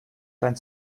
deinen